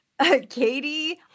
Katie